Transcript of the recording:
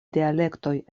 dialektoj